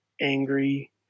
angry